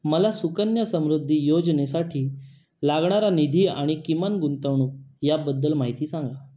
मला सुकन्या समृद्धी योजनेसाठी लागणारा निधी आणि किमान गुंतवणूक याबद्दल माहिती सांगा